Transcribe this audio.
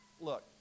Look